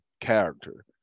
character